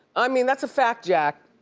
i mean that's a fact, jack.